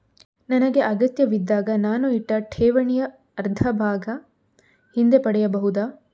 ನನಗೆ ಅಗತ್ಯವಿದ್ದಾಗ ನಾನು ಇಟ್ಟ ಠೇವಣಿಯ ಅರ್ಧಭಾಗ ಹಿಂದೆ ಪಡೆಯಬಹುದಾ?